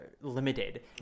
limited